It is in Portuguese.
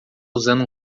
usando